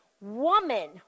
woman